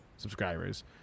subscribers